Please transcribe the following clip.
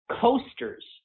coasters